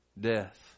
Death